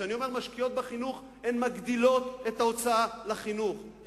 כשאני אומר משקיעה בחינוך אני מתכוון שהן מגדילות את ההוצאה על חינוך,